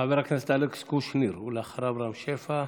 חבר הכנסת אלכס קושניר, ואחריו, רם שפע,